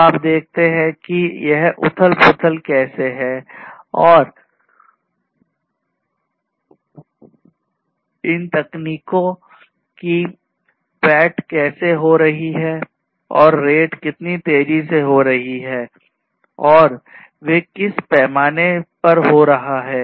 तो आप देखते हैं कि यह उथल पुथल कैसे है और इन तकनीकों की पैठ कैसे हो रही है और रेट कितनी तेजी से हो रहे हैं और वे किस पैमाने पर हो रहा है